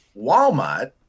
Walmart